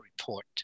Report